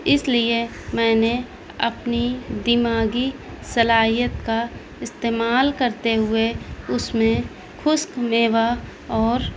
اس لیے میں نے اپنی دماغی صلاحیت کا استعمال کرتے ہوئے اس میں خشک میوہ اور